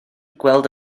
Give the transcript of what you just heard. gweld